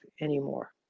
anymore